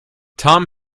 tom